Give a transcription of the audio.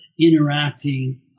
interacting